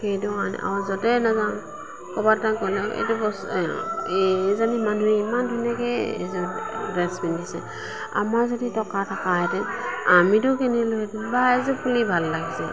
সেইটো কাৰণে আৰু য'তেও নাযাওঁ ক'ৰবাত ধৰক গ'লেও এইটো বস্তু এইজনী মানুহে ইমান ধুনীয়াকৈ এইযোৰ ড্ৰেছ পিন্ধিছে আমাৰ যদি টকা থকাহেঁতেন আমিতো পিন্ধিলোহেঁতেন বা এইযোৰ ফুলি ভাল লাগিছে